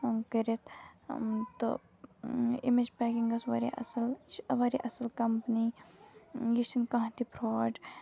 کٔرِتھ تہٕ امِچ پیکِنٛگ ٲس واریاہ اَصٕل یہِ چھِ واریاہ اَصٕل کَمپٔنی یہِ چھِنہٕ کانٛہہ تہِ فرٛاڈ